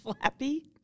Flappy